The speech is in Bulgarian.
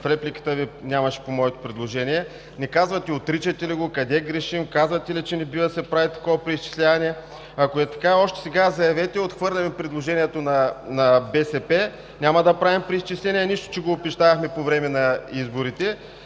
В репликата Ви нямаше нито дума по нашето предложение. Не казвате отричате ли го, къде грешим, казвате ли, че не бива да се прави такова преизчисляване? Ако е така, още сега заявете, че отхвърляте предложението на БСП, че няма да правите преизчисления, нищо че го обещавахте по време на изборите.